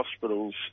hospitals